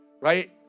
right